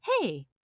hey